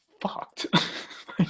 fucked